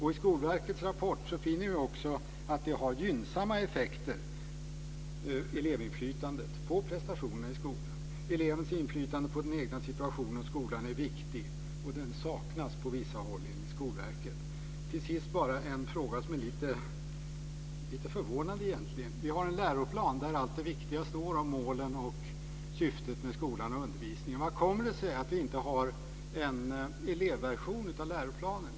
I Skolverkets rapport finner vi också att elevinflytandet har gynnsamma effekter på prestationerna i skolan. Elevens inflytande över den egna situationen i skolan är viktig, och den saknas på vissa håll enligt Skolverket. Till sist har jag bara en fråga om något som egentligen är lite förvånande. Vi har en läroplan där allt det viktiga står om målen och syftet med skolan och undervisningen. Hur kommer det sig att vi inte har en elevversion av läroplanen?